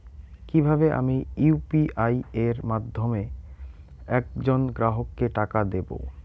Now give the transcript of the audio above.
কিভাবে আমি ইউ.পি.আই এর মাধ্যমে এক জন গ্রাহককে টাকা দেবো?